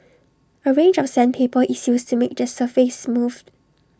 A range of sandpaper is used to make the surface smooth